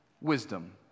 Wisdom